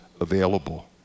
available